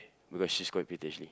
because she's quite pretty actually